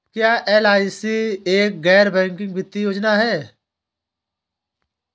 क्या एल.आई.सी एक गैर बैंकिंग वित्तीय योजना है?